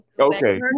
okay